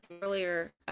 earlier